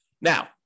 now